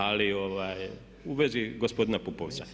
Ali u vezi gospodina Pupovca.